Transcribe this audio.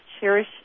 cherish